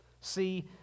See